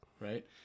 Right